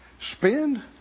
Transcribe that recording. spend